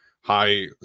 high